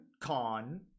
con